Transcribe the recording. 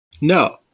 No